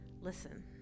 listen